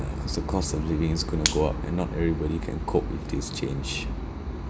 ya so cost of living is going to go up and not everybody can cope with this change